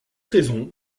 raison